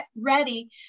ready